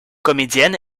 comédienne